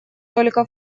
только